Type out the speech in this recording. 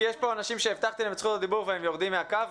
כי יש פה אנשים שהבטחתי להם את זכות הדיבור והם יורדים מהקו.